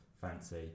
fancy